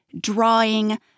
drawing